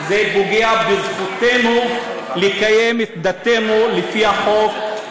זה פוגע בזכותנו לקיים את דתנו לפי החוק,